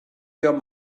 your